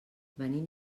venim